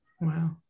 Wow